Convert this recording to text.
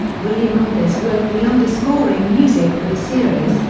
william olvis wrote the underscoring music for the series,